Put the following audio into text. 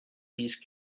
these